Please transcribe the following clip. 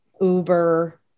Uber